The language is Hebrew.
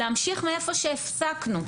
להמשיך מאיפה שהפסקנו.